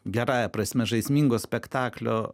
gerąja prasme žaismingo spektaklio